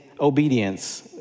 obedience